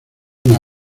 una